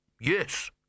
Yes